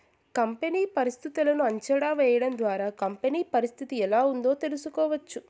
company పరిస్థితులను అంచనా వేయడం ద్వారా కంపెనీ పరిస్థితి ఎలా ఉందో తెలుసుకోవచ్చు